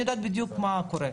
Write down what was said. אני יודעת בדיוק מה קורה.